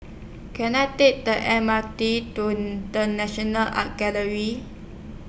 Can I Take The M R T to The National Art Gallery